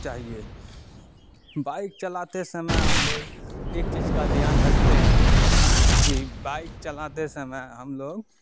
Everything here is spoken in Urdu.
چاہیے بائک چلاتے سمے ہم لوگ ایک چیز کا دھیان رکھتے ہیں کہ بائک چلاتے سمے ہم لوگ